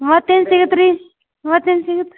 ಮತ್ತೇನು ಸಿಗುತ್ರಿ ಮತ್ತೇನು ಸಿಗುತ್ತೆ